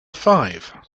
five